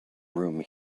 room